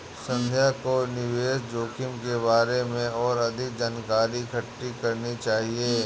संध्या को निवेश जोखिम के बारे में और अधिक जानकारी इकट्ठी करनी चाहिए